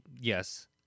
yes